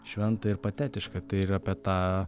šventa ir patetiška tai ir apie tą